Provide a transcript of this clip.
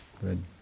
Good